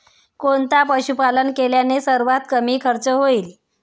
कोणते पशुपालन केल्याने सर्वात कमी खर्च होईल?